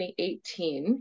2018